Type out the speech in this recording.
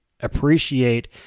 appreciate